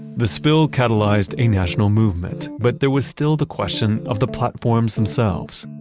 the spill catalyzed a national movement, but there was still the question of the platforms themselves.